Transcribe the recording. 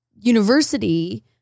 University